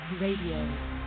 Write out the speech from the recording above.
Radio